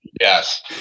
Yes